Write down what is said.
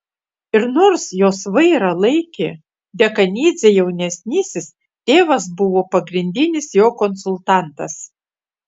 ir nors jos vairą laikė dekanidzė jaunesnysis tėvas buvo pagrindinis jo konsultantas